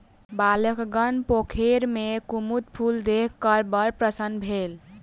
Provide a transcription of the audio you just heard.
बालकगण पोखैर में कुमुद फूल देख क बड़ प्रसन्न भेल